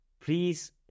please